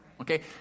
Okay